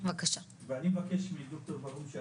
ואני מבקש מפרופסור ברהום,